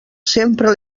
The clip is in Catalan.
sempre